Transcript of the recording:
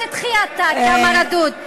בושה להקשיב לך, כמה שטחי אתה, כמה רדוד.